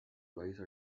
twice